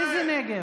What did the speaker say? איזה נגב?